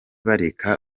bareka